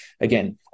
again